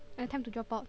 time to drop out